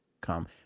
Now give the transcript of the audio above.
come